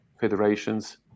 federations